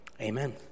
Amen